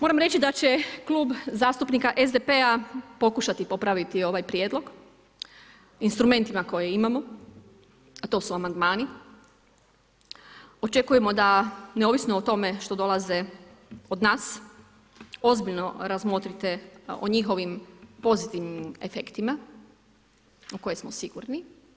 Moram reći da će Klub zastupnika SDP-a pokušati popraviti ovaj prijedlog instrumentima koje imamo a to su amandmani, očekujemo da neovisno o tome što dolaze od nas, ozbiljno razmotrite o njihovim pozitivnim efektima u koje smo sigurni.